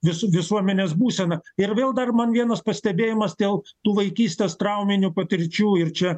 visų visuomenės būsena ir vėl dar man vienas pastebėjimas dėl tų vaikystės trauminių patirčių ir čia